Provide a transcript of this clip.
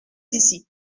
ici